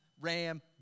ram